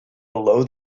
below